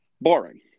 boring